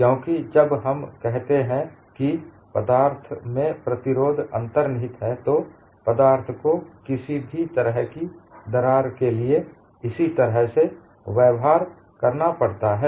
क्योंकि जब हम कहते हैं कि प्रतिरोध पदार्थ में अंतर्निहित है तो पदार्थ को किसी भी तरह की दरार के लिए इसी तरह से व्यवहार करना पड़ता है